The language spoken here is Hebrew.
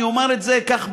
אני אומר את זה כך,